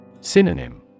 Synonym